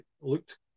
looked